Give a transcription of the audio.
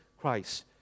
Christ